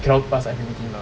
cannot pass I_P_P_T mah